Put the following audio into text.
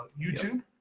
YouTube